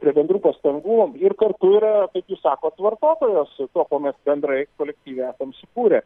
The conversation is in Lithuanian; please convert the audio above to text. prie bendrų pastangų ir kartu yra kaip jūs sakot vartotojas su tuo kuo mes bendrai kolektyve esam sukūrę